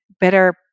better